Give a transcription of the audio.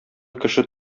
кеше